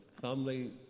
family